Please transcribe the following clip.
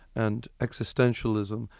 and existentialism,